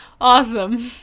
Awesome